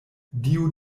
dio